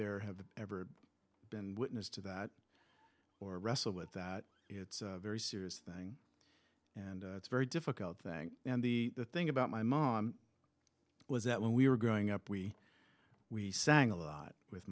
there have ever been witness to that or wrestle with that it's a very serious thing and it's very difficult thing and the thing about my mom was that when we were growing up we we sang a lot with